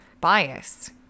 bias